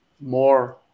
more